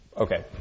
Okay